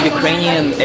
Ukrainian